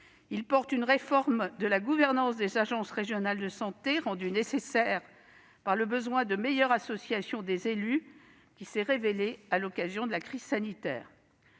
Il porte une réforme de la gouvernance des agences régionales de santé, rendue nécessaire par le besoin d'une meilleure association des élus qui s'est révélé à l'occasion de la crise sanitaire.